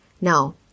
Now